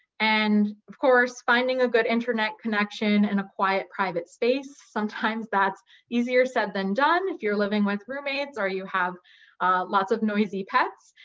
and of course, finding a good internet connection and a quiet private space. sometimes that's easier said than done. if you're living with roommates or you have lots of noisy pets,